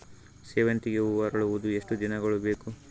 ಸೇವಂತಿಗೆ ಹೂವು ಅರಳುವುದು ಎಷ್ಟು ದಿನಗಳು ಬೇಕು?